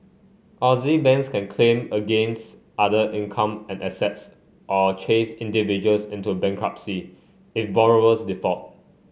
Aussie banks can claim against other income and assets or chase individuals into bankruptcy if borrowers default